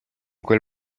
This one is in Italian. quel